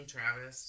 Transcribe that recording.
Travis